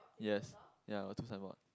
yes ya got two sign board